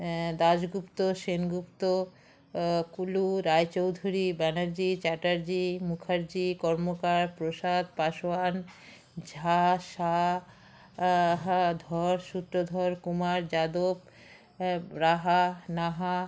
Dasgupta Sengupta Kullu Raychaudhuri Banerjee Chatterjee Mukherjee Karmakar Prasad Paswan Jha Shah Dhar Sutradhar Kumar Yadav Raha Naha